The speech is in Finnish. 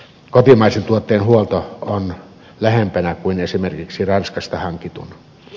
kotimaisen tuotteen huolto on lähempänä kuin esimerkiksi ranskasta hankitun